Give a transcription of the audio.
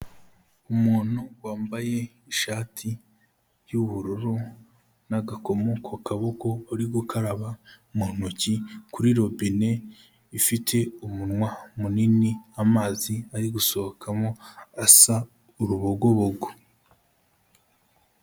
Umuntu wambaye ishati y'ubururu n'agakomo ku kaboko uri gukaraba mu ntoki kuri robine ifite umunwa munini, amazi ari gusohokamo asa urubogobogo.